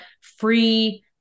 free